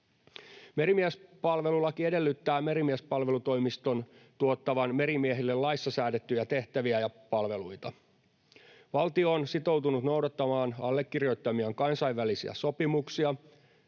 Merimiespalvelulaki edellyttää Merimiespalvelutoimiston tuottavan merimiehille laissa säädettyjä tehtäviä ja palveluita. Valtio on sitoutunut noudattamaan allekirjoittamiaan kansainvälisiä sopimuksia.